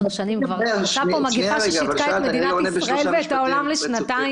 בעשר שנים כבר פרצה פה מגיפה ששיתקה מדינת את ישראל ואת העולם לשנתיים.